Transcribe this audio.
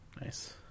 Nice